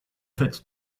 faites